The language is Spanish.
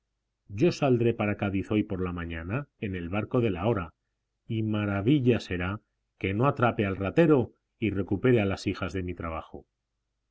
carga yosaldré para cádiz hoy por la mañana en el barco de la hora y maravilla será que no atrape al ratero y recupere a las hijas de mi trabajo